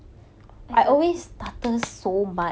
I think